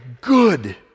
good